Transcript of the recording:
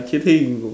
kidding oh